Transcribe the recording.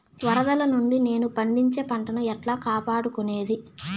వరదలు నుండి నేను పండించే పంట ను ఎట్లా కాపాడుకునేది?